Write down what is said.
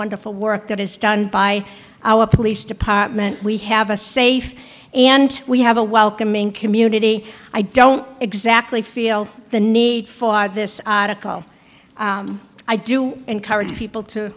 wonderful work that is done by our police department we have a safe and we have a welcoming community i don't exactly feel the need for this article i do encourage people to